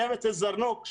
שבט אל-זרנוק,